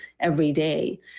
everyday